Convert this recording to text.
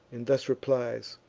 and thus replies,